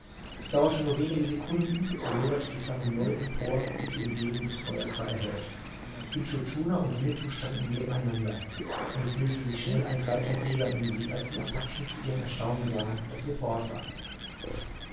es dauerte nur wenige sekunden so loderte die flamme neu empor und die umgebung des feuers war erhellt intschu tschuna und winnetou standen neben einander und es bildete sich schnell ein kreis von kriegern um sie als die apachen zu ihrem erstaunen sahen daß wir fort waren